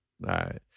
Right